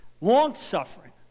Long-suffering